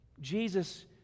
Jesus